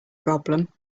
problem